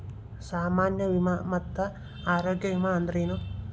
ಸಾಮಾನ್ಯ ವಿಮಾ ಮತ್ತ ಆರೋಗ್ಯ ವಿಮಾ ಅಂದ್ರೇನು?